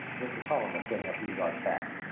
mr. cullen was standing a few yards back.